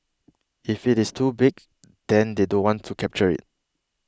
if it is too big then they don't want to capture it